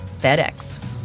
FedEx